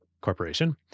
Corporation